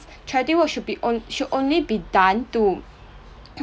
charity work should be on~ should only be done to